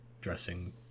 dressing